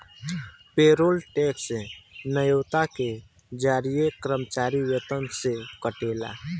payroll tax न्योता के जरिए कर्मचारी वेतन से कटेला